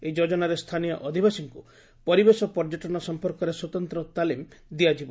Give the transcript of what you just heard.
ଏହି ଯୋଜନାରେ ସ୍ଥାନୀୟ ଅଧିବାସୀଙ୍କୁ ପରିବେଶ ପର୍ଯ୍ୟଟନ ସମ୍ପର୍କରେ ସ୍ୱତନ୍ତ ତାଲିମ୍ ଦିଆଯିବ